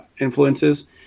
influences